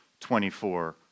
24